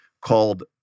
called